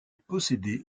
possédait